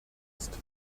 ist